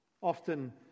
Often